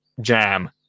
jam